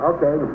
Okay